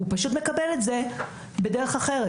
הוא פשוט מקבל את זה בדרך אחרת.